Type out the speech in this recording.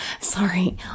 Sorry